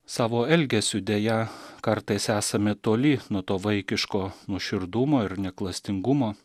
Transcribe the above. savo elgesiu deja kartais esame toli nuo to vaikiško nuoširdumo ir neklastingumo